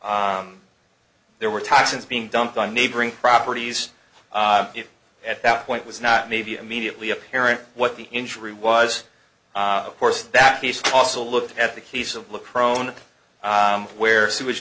there were toxins being dumped on neighboring properties at that point was not maybe a mediately apparent what the injury was and of course that piece also looked at the case of look prone where sewage